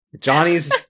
Johnny's